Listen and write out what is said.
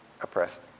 oppressed